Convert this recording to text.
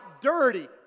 dirty